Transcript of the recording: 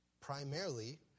primarily